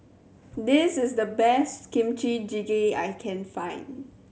this is the best Kimchi Jjigae I can find